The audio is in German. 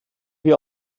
wir